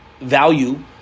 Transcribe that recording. value